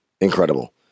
Incredible